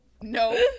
no